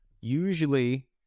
usually